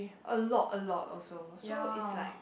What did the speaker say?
a lot a lot also so it's like